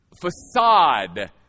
facade